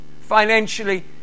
financially